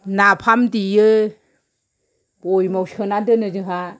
नाफाम देयो बयेमाव सोनानै दोनो जोंहा